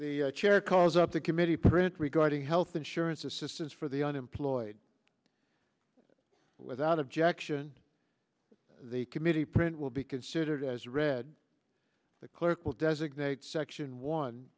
the chair calls up the committee print regarding health insurance assistance for the unemployed without objection the committee print will be considered as read the clerk will designate section one